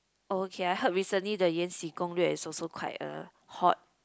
okay ah recently the 延禧攻略:Yan Xi Gong lue is also quite a hot